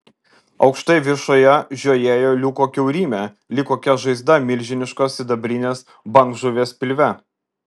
aukštai viršuje žiojėjo liuko kiaurymė lyg kokia žaizda milžiniškos sidabrinės bangžuvės pilve